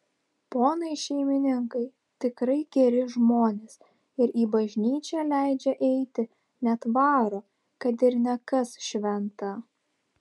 ponai šeimininkai tikrai geri žmonės ir į bažnyčią leidžia eiti net varo kad ir ne kas šventą